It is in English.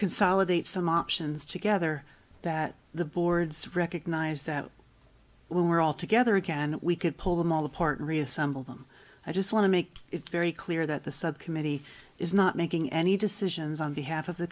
consolidate some options together that the boards recognize that when we're all together again we could pull them all apart reassemble them i just want to make it very clear that the subcommittee is not making any decisions on behalf of the